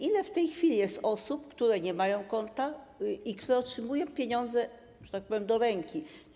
Ile w tej chwili jest osób, które nie mają konta i które otrzymują pieniądze, że tak powiem, do ręki?